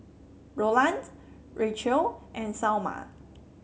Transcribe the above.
Roland Racheal and Salma